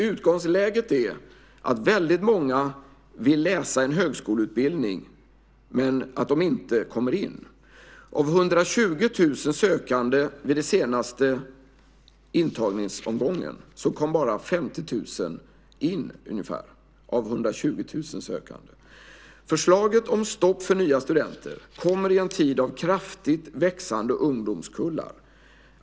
Utgångsläget är att väldigt många vill läsa en högskoleutbildning men att de inte kommer in. Av 120 000 sökande vid den senaste intagningsomgången kom bara ungefär 50 000 in. Förslaget om stopp för nya studenter kommer i en tid av kraftigt växande ungdomskullar.